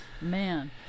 Man